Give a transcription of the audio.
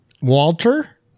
Walter